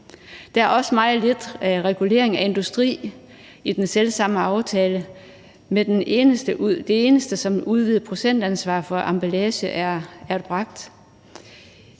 Der er også meget lidt regulering af industrien i den selv samme aftale. Der er kun en eneste ting, som udvider producentansvaret for emballage. I Frie